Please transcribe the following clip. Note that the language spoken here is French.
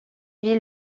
villes